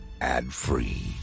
ad-free